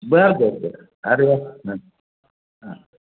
बरं बरं बरं आरे वा हां